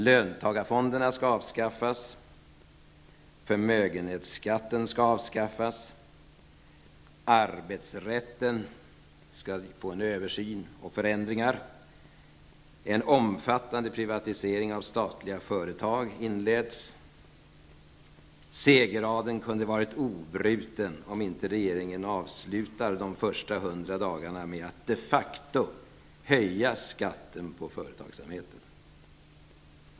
Löntagarfonderna skall avskaffas. Förmögenhetsskatten skall avskaffas. Arbetsrätten skall få en översyn och förändringar genomföras. En omfattande privatisering av statliga företag inleds. Segerraden skulle kunna vara obruten, om inte regeringen avslutar de första 100 dagarna med att de facto höja skatten på företagsamheten.